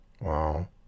Wow